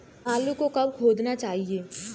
आलू को कब खोदना चाहिए?